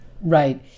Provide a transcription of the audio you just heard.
Right